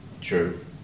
True